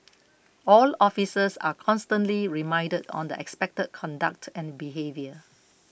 all officers are constantly reminded on the expected conduct and behaviour